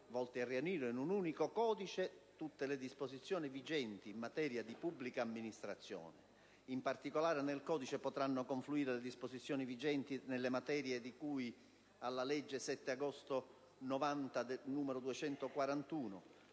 volti a riunire in un unico codice tutte le disposizioni vigenti in materia di pubblica amministrazione. In particolare, nel codice potranno confluire le disposizioni vigenti nelle materie di cui alla legge 7 agosto 1990, n. 241,